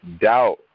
doubt